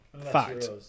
Fact